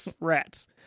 rats